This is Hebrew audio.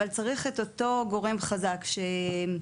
אבל צריך את אותו גורם חזק שיתמוך,